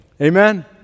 Amen